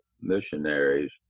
missionaries